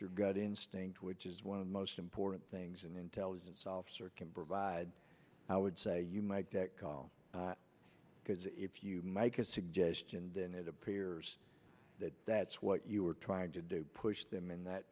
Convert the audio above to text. your gut instinct which is one of the most important things an intelligence officer can provide i would say you make that call because if you make a suggestion then it appears that that's what you were trying to do push them in that